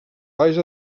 baix